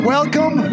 Welcome